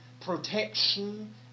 protection